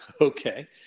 okay